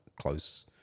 close